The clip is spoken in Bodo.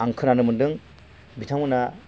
आं खोनानो मोन्दों बिथांमोनहा